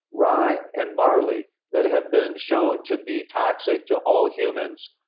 rye, and barley, that have been shown to be toxic to all humans.